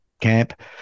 camp